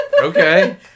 Okay